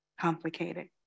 complicated